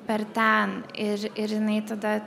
per ten ir ir jinai tada